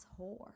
whore